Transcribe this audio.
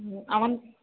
அவன்